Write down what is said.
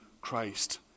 Christ